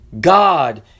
god